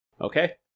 Okay